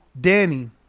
Danny